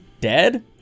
dead